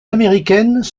américaines